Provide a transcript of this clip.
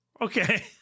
Okay